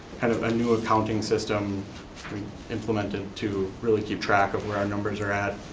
kind of a new accounting system implemented to really keep track of where our numbers are at,